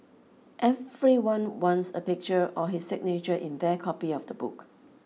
everyone wants a picture or his signature in their copy of the book